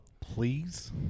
please